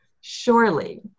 surely